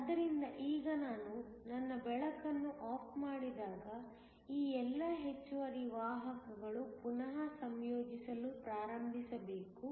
ಆದ್ದರಿಂದ ಈಗ ನಾನು ನನ್ನ ಬೆಳಕನ್ನು ಆಫ್ ಮಾಡಿದಾಗ ಈ ಎಲ್ಲಾ ಹೆಚ್ಚುವರಿ ವಾಹಕಗಳು ಪುನಃ ಸಂಯೋಜಿಸಲು ಪ್ರಾರಂಭಿಸಬೇಕು